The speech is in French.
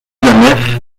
nef